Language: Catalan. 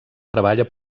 treballa